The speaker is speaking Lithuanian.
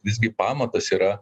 visgi pamatas yra